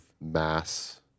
mass